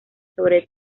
sobre